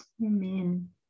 Amen